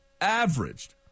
averaged